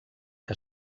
que